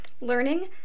learning